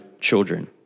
children